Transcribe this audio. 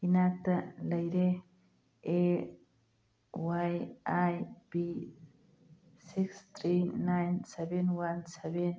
ꯏꯅꯥꯛꯇ ꯂꯩꯔꯦ A Y I B six three nine seven one seven